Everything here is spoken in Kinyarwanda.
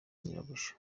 nyirabuja